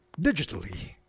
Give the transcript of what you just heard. digitally